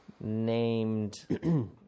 named